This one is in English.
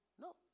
No